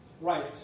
right